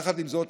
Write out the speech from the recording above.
יחד עם זאת,